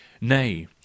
nay